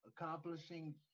accomplishing